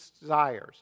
desires